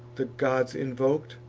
the gods invok'd,